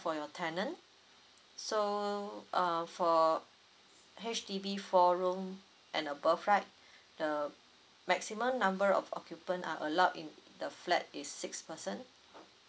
for your tenant so uh for H_D_B four room and above right the maximum number of occupant are allowed in the flat is six person